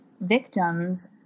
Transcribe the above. victims